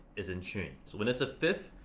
is in tune. so when it's a fifth,